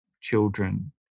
children